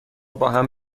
باهم